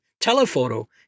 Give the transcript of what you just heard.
telephoto